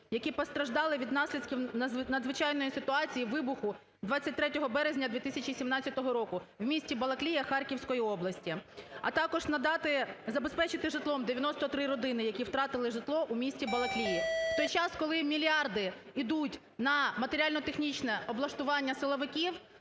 які постраждали від наслідків надзвичайної ситуації: вибуху 23 березня 2017 року в місті Балаклія Харківської області. А також надати… забезпечити житлом 93 родини, які втратили житло у місті Балаклія. У той час, коли мільярди ідуть на матеріально-технічне облаштування силовиків,